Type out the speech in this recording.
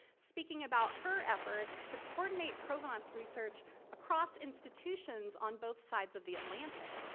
speaking about her efforts to coordinate provenance research across institutions on both sides of the atlantic.